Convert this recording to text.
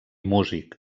músic